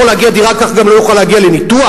להגיע לדירה כך גם לא יוכל להגיע לניתוח?